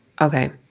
okay